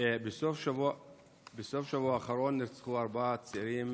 בסוף השבוע האחרון נרצחו ארבעה צעירים